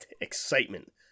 Excitement